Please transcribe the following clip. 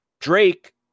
Drake